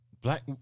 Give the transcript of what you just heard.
Black